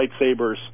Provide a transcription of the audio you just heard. lightsabers